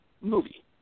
movie